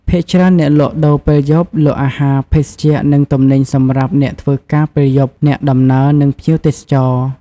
ភាគច្រើន អ្នកលក់ដូរពេលយប់ លក់អាហារ ភេសជ្ជៈ និងទំនិញសម្រាប់អ្នកធ្វើការពេលយប់ អ្នកដំណើរ និងភ្ញៀវទេសចរ។